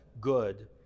good